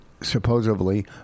Supposedly